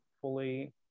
fully